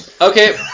Okay